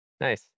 Nice